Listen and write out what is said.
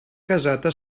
caseta